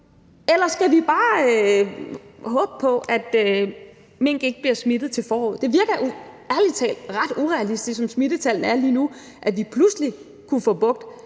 eller om vi bare skal håbe på, at mink ikke bliver smittet til foråret. Det virker jo ærlig talt ret urealistisk, som smittetallene er lige nu, at vi pludselig skulle få bugt